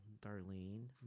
Darlene